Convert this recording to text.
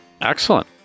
Excellent